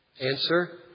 Answer